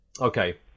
Okay